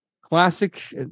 classic